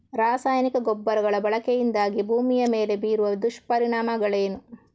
ರಾಸಾಯನಿಕ ಗೊಬ್ಬರಗಳ ಬಳಕೆಯಿಂದಾಗಿ ಭೂಮಿಯ ಮೇಲೆ ಬೀರುವ ದುಷ್ಪರಿಣಾಮಗಳೇನು?